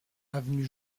avenue